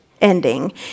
ending